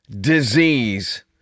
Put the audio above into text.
disease